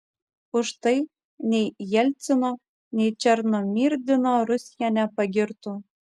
už tai nei jelcino nei černomyrdino rusija nepagirtų